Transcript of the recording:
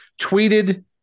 tweeted